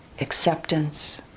acceptance